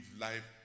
life